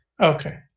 Okay